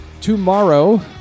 tomorrow